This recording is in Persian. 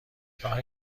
راه